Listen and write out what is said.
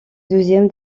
douzième